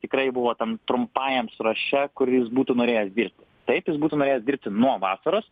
tikrai buvo tam trumpajam sąraše kur jis būtų norėjęs dirbt taip jis būtų norėjęs dirbti nuo vasaros